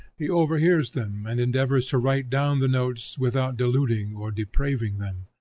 he overhears them and endeavors to write down the notes without diluting or depraving them.